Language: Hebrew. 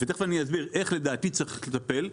ותיכף אני אסביר איך לדעתי צריך לטפל,